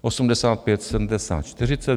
85, 70, 40.